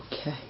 Okay